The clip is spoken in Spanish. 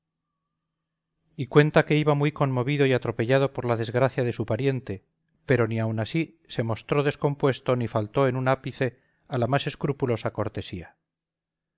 y cuenta que iba muy conmovido y atropellado por la desgracia de su pariente pero ni aun así se mostró descompuesto ni faltó en un ápice a la más escrupulosa cortesía